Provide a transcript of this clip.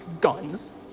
guns